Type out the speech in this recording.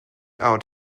out